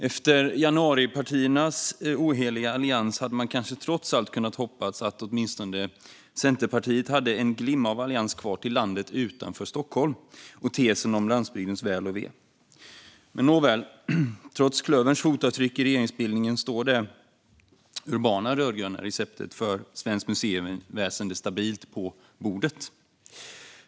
Efter januaripartiernas oheliga allians hade man kanske trots allt kunnat hoppas att åtminstone Centerpartiet hade en glimt av allians kvar till landet utanför Stockholm och tesen om landsbygdens väl och ve. Nåväl - trots klöverns fotavtryck i regeringsbildningen står det urbana rödgröna receptet för svenskt museiväsen stabilt på bordet.